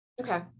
Okay